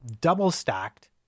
double-stacked